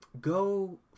Go